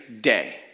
day